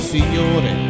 Signore